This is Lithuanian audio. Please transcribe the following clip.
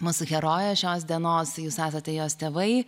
mūsų herojė šios dienos jūs esate jos tėvai